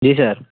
जी sir